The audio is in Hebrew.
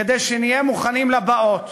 כדי שנהיה מוכנים לבאות.